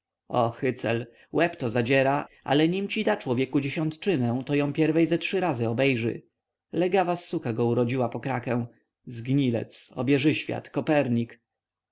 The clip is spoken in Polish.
o hycel łeb to zadziera ale nim ci da człeku dziesiątczynę to ją pierwiej ze trzy razy obejrzy legawa suka go urodziła pokrakę zgnilec obieżyświat kopernik